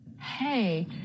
Hey